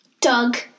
Doug